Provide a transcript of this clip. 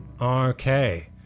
Okay